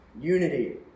unity